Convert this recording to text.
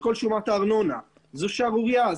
זו שערורייה,